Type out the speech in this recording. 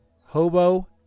Hobo